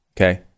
Okay